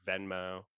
Venmo